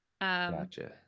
Gotcha